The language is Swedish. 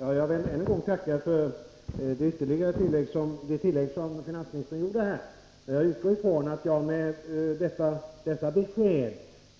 Herr talman! Jag vill tacka finansministern för de tillägg han gjorde. Jag utgår från att jag med dessa besked